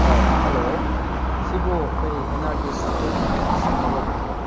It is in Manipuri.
ꯍꯜꯂꯣ ꯁꯤꯕꯨ ꯑꯩꯈꯣꯏ ꯀꯦꯕ ꯁꯦꯟꯇꯔ ꯑꯣꯏꯗꯣꯏ ꯅꯠꯇ꯭ꯔꯣ